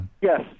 Yes